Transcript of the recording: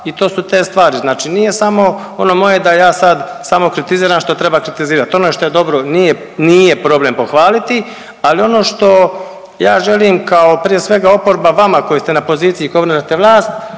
i to su te stvari. Znači nije samo ono moje da ja sad samo kritiziram što treba kritizirati. Ono što je dobro nije problem pohvaliti, ali ono što ja želim kao prije svega oporba vama koji ste na poziciji i koji obnašate vlast